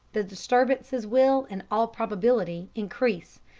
the disturbances will, in all probability, increase,